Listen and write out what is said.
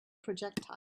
projectile